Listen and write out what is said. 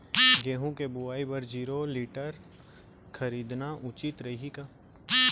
गेहूँ के बुवाई बर जीरो टिलर खरीदना उचित रही का?